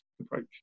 approach